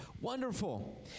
wonderful